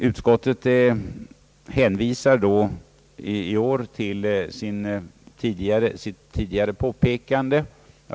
Utskottet hänvisar i år till sitt tidigare påpekande.